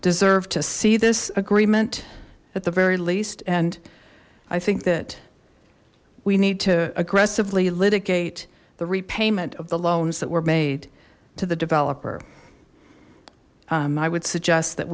deserve to see this agreement at the very least and i think that we need to aggressively litigate the repayment of the loans that were made to the developer i would suggest that